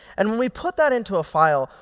and when we put that into a file,